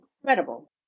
Incredible